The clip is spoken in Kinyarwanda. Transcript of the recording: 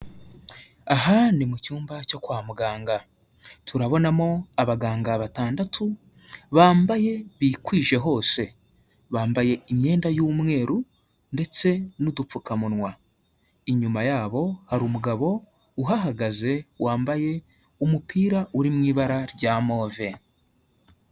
Aha ni mu cyumba cyo kwa muganga, turabonamo abaganga batandatu bambaye bikwije hose, bambaye imyenda y'umweru ndetse n'udupfukamunwa, inyuma yabo hari umugabo uhahagaze wambaye umupira uri mu ibara rya move.